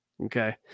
Okay